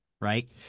right